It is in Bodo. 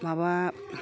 माबा